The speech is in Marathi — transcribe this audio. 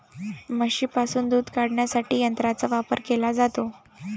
म्हशींपासून दूध काढण्यासाठी यंत्रांचा वापर केला जातो